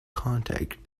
contact